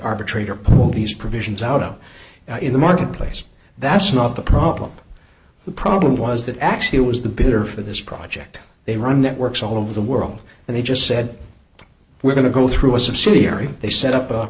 arbitrator pulled these provisions out in the marketplace that's not the problem the problem was that actually it was the bitter for this project they run networks all of the world and they just said we're going to go through a subsidiary they set up a